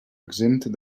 exempt